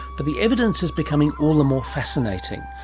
but the evidence is becoming all the more fascinating,